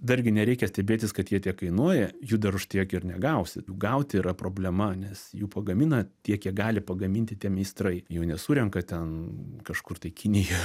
dar gi nereikia stebėtis kad jie tiek kainuoja jų dar už tiek ir negausit gauti yra problema nes jų pagamina tiek kiek gali pagaminti tie meistrai jų nesurenka ten kažkur tai kinijoj